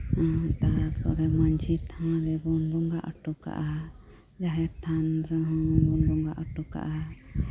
ᱛᱟᱨᱯᱚᱨ ᱢᱟᱹᱡᱷᱤ ᱛᱟᱷᱟᱱ ᱵᱚᱱ ᱵᱚᱸᱜᱟ ᱦᱚᱴᱚ ᱠᱟᱜᱼᱟ ᱡᱟᱸᱦᱮᱨ ᱛᱷᱟᱱ ᱨᱮᱦᱚᱸ ᱵᱚᱸᱜᱟ ᱦᱚᱴᱚ ᱠᱟᱜᱼᱟ